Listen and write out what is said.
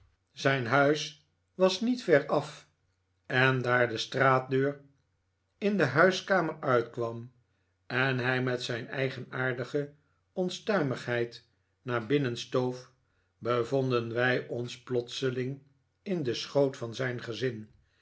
zijn huis was niet ver af en daar de straatdeur in de huiskamer uitkwam en hij met zijn eigenaardige omstuimigheid naar binnen stoof bevonden wij ons plotseling in den schoot van zijn gezin